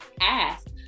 Ask